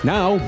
Now